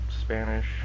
Spanish